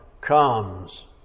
comes